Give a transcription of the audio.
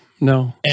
No